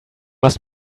must